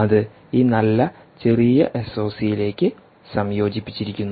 അത് ഈ നല്ല ചെറിയ എസ്ഒസിയിലേക്ക് സംയോജിപ്പിച്ചിരിക്കുന്നു